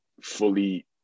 fully